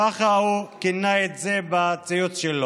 ככה הוא כינה את זה בציוץ שלו.